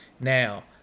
now